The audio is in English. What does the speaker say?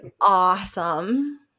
awesome